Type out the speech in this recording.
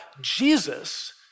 Jesus